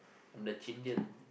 I'm the Chindian